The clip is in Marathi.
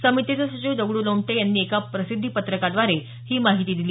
समितीचे सचिव दगडू लोमटे यांनी एका प्रसिद्धी पत्रकाद्वारे ही माहिती दिली